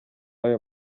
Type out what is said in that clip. ayo